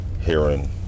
hearing